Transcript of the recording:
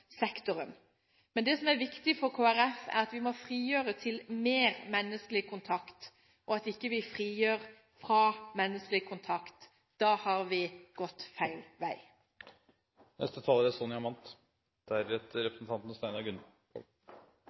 Det som er viktig for Kristelig Folkeparti, er å frigjøre til mer menneskelig kontakt – ikke frigjøre fra menneskelig kontakt. Da har vi gått feil vei. Vi er